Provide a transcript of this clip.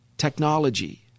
technology